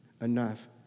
enough